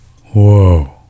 Whoa